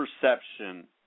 perception